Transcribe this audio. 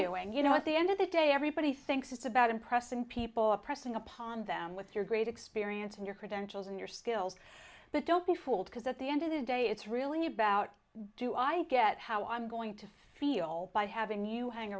you and you know at the end of the day everybody thinks it's about impressing people oppressing upon them with your great experience and your credentials and your skills but don't be fooled because at the end of the day it's really about do i get how i'm going to feel by having you hang